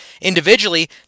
Individually